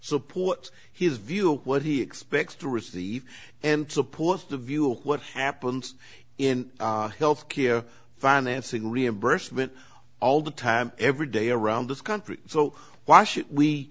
supports his view of what he expects to receive and supports the view of what happens in health care financing reimbursement all the time every day around this country so why should we